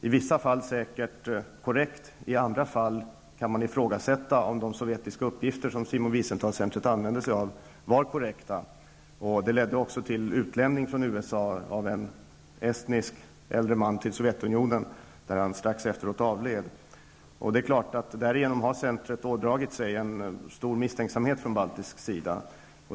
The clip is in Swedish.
I vissa fall var det säkert korrekt, medan man i andra fall kan ifrågasätta om de sovjetiska uppgifter som Simon Wiesentahls center använder sig av var korrekta. Detta ledde också till att en estnisk äldre man utvisades från USA till Sovjetunionen, där han avled strax efteråt. Därigenom har centret ådragit sig en stor misstänksamhet från baltisk sida.